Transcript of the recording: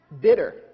bitter